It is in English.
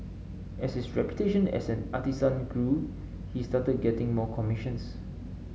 as his reputation as an artisan grew he started getting more commissions